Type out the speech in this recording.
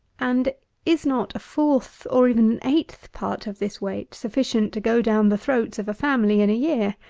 and is not a fourth, or even an eighth, part of this weight, sufficient to go down the throats of a family in a year?